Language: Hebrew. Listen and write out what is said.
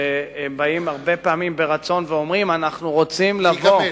שבאים אליו הרבה פעמים מרצון ואומרים: אנחנו רוצים לבוא.